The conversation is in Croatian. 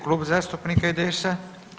Klub zastupnika IDS-a.